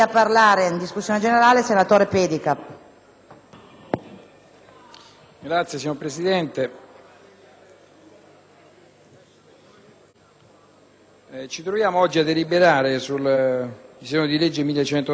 ci troviamo oggi a deliberare in merito all'Accordo di partenariato e di cooperazione tra le Comunità europee e i loro Stati membri, da una parte, ed il Tagikistan dall'altra.